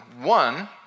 One